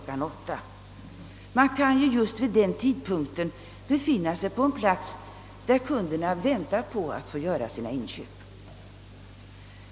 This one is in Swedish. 20? Man kanske just vid den tidpunkten befinner sig på en plats där kunden har väntat på att få göra sina inköp.